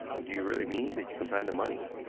and do you really mean that you can find the money?